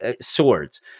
swords